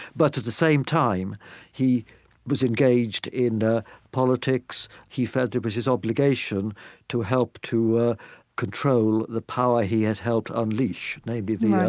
but at the same time he was engaged in politics. he felt it was his obligation to help to ah control the power he had help unleash, namely the,